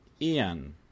Ian